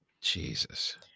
Jesus